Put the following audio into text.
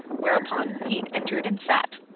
whereupon he entered and sat.